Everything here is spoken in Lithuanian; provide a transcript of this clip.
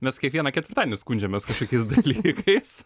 mes kiekvieną ketvirtadienį skundžiamės kažkokiais dalykais